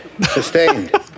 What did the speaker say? Sustained